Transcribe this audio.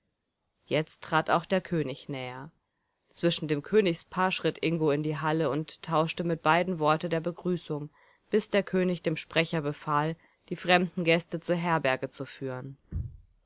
jetzt trat auch der könig näher zwischen dem königspaar schritt ingo in die halle und tauschte mit beiden worte der begrüßung bis der könig dem sprecher befahl die fremden gäste zur herberge zu führen